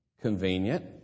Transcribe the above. Convenient